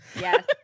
yes